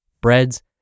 breads